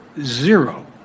Zero